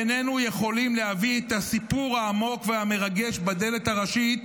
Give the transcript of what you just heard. איננו יכולים להביא את הסיפור העמוק והמרגש בדלת הראשית,